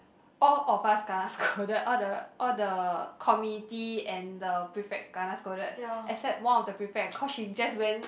all of us kena scolded all the all the committee and the prefect kena scolded except one of the prefect cause she just went